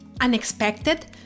Unexpected